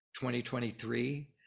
2023